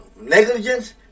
negligence